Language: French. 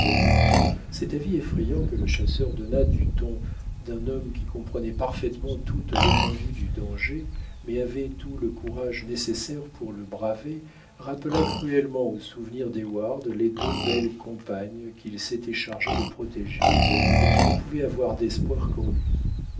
cet avis effrayant que le chasseur donna du ton d'un homme qui comprenait parfaitement toute l'étendue du danger mais avait tout le courage nécessaire pour le braver rappela cruellement au souvenir d'heyward les deux belles compagnes qu'il s'était chargé de protéger et qui ne pouvaient avoir d'espoir qu'en lui